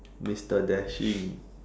mister dashing